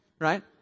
Right